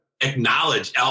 acknowledge